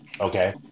Okay